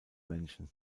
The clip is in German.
menschen